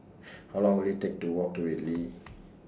How Long Will IT Take to Walk to Whitley